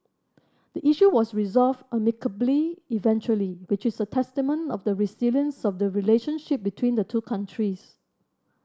the issue was resolved amicably eventually which is a testament of the resilience of the relationship between the two countries